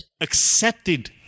accepted